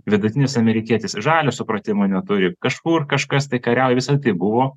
vidutinis amerikietis žalio supratimo neturi kažkur kažkas tai kariauja visa tai buvo